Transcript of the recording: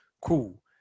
Cool